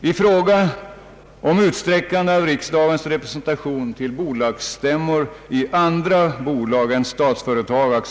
När det gäller utsträckande av riksdagens representation till bolagsstämmor i andra bolag än Statsföretag AB